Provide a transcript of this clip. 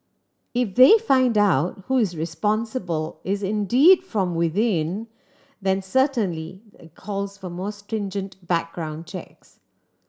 if they find out who is responsible is indeed from within then certainly that calls for more stringent background checks